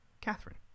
Catherine